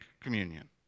communion